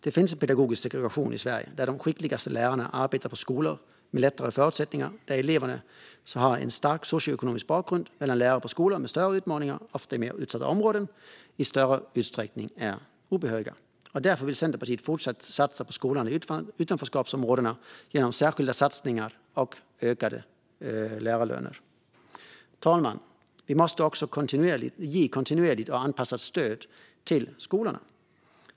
Det finns en pedagogisk segregation i Sverige där de skickligaste lärarna arbetar på skolor med lättare förutsättningar och där eleverna har en stark socioekonomisk bakgrund, medan lärare på skolor med stora utmaningar, ofta i mer utsatta områden, i större utsträckning är obehöriga. Därför vill Centerpartiet fortsätta att satsa på skolorna i utanförskapsområden genom särskilda satsningar och höjda lärarlöner. Fru talman! Vi måste också ge kontinuerligt och anpassat stöd till skolorna.